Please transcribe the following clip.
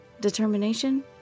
Determination